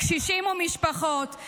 קשישים ומשפחות.